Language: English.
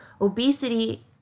obesity